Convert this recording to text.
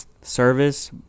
service